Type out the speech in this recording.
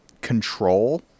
control